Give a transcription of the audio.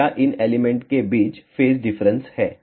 δ इन एलिमेंट के बीच फेज डिफरेंस है